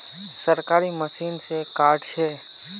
सरकारी मशीन से कार्ड छै?